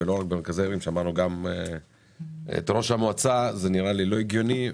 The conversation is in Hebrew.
נראה לי לא הגיוני,